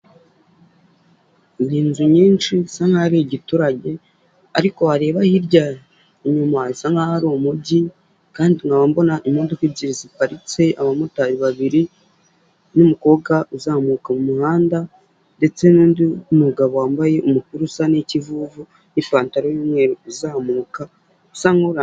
Inzu nyinshi isa nkaho ari igiturage ariko wareba hirya inyuma hasa nk'aho ari umujyi, kandi nkaba mbona imodoka ebyiri ziparitse, abamotari babiri n' numukobwa uzamuka mu muhanda ndetse n'undi mugabo wambaye umupira usa nk'ikivumvu n'ipantaro y'umweru uzamuka uza.